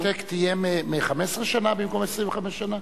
טענת השתק תהיה מ-15 שנה במקום 25 שנה?